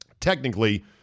Technically